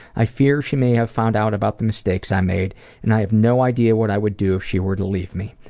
i fear she may have found out about the mistakes i made and i have no idea what i would do if she were to leave me.